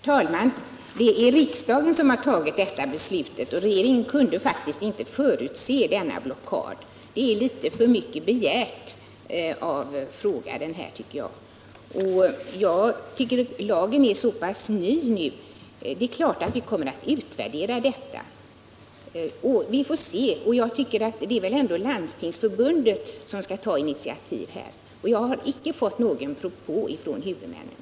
Herr talman! Det är riksdagen som har fattat detta beslut. Regeringen kunde faktiskt inte förutse denna blockad. Jag tycker att frågeställaren begär litet för mycket. Lagen är så pass ny, men självfallet kommer vi att göra en utvärdering. Sedan är det ändå Landstingsförbundet som skall ta initiativ, och jag har icke fått någon propå från huvudmännen.